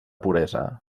puresa